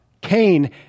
Cain